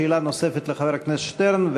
שאלה נוספת לחבר הכנסת שטרן?